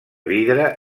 vidre